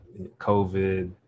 COVID